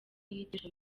yigisha